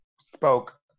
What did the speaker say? spoke